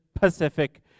Pacific